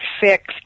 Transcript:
fixed